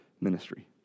ministry